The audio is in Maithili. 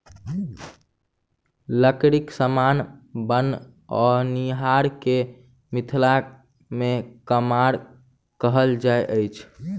लकड़ीक समान बनओनिहार के मिथिला मे कमार कहल जाइत अछि